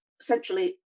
essentially